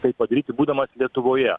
tai padaryti būdamas lietuvoje